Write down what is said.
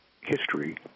history